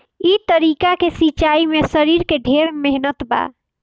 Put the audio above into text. ई तरीका के सिंचाई में शरीर के ढेर मेहनत बा